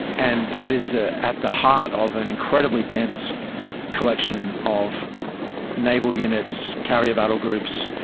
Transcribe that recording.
and that is at the heart of an incredibly dense collection of naval units, carry a battle groups,